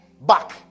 back